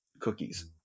cookies